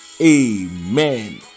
Amen